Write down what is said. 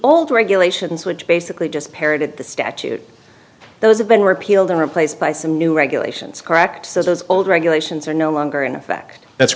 old regulations which basically just parroted the statute those have been repealed and replaced by some new regulations correct so those old regulations are no longer in effect that's